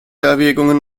erwägungen